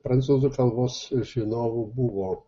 prancūzų kalbos žinovų buvo